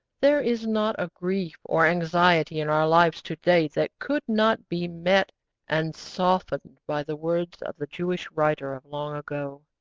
there is not a grief or anxiety in our lives to-day that could not be met and softened by the words of the jewish writer of long ago.